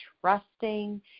trusting